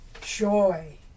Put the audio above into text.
joy